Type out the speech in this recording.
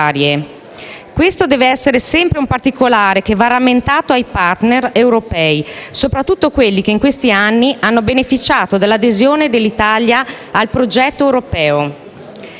Questo deve essere sempre un particolare che va rammentato ai *partner* europei, soprattutto quelli che in questi anni hanno beneficiato dell'adesione dell'Italia al progetto europeo.